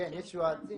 כן יש יועצים,